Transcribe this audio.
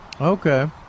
Okay